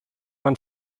man